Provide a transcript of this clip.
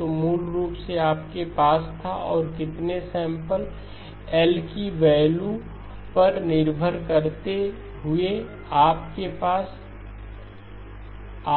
तो मूल रूप से आपके पास था और कितने सैंपल L की वैल्यू पर निर्भर करते हुए आपके पास